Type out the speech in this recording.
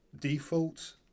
default